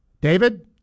David